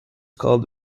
called